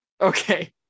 Okay